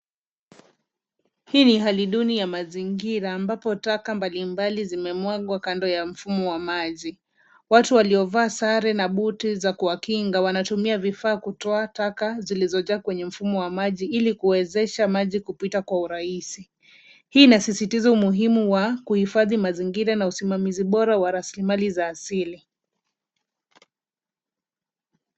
Hii ni hali duni ya mazingira, ambapo taka mbalimbali zimemwagwa kando ya mfumo wa maji. Watu waliovaa sare na buti za kuwakinga wanatumia vifaa kuondoa taka zilizoziba mfumo wa maji, ili kuwezesha maji kupita kwa urahisi. Hii inasisitiza umuhimu wa kuhifadhi mazingira na usimamizi bora wa rasilimali za asili.